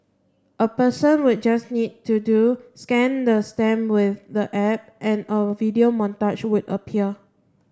a person would just need to do scan the stamp with the app and a video montage would appear